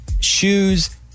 shoes